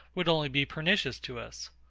would only be pernicious to us.